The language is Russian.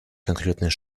конкретные